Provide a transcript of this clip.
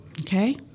okay